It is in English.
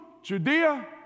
Judea